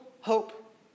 hope